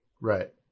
Right